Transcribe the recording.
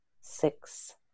six